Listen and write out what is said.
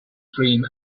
dream